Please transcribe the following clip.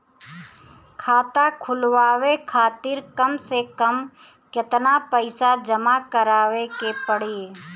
खाता खुलवाये खातिर कम से कम केतना पईसा जमा काराये के पड़ी?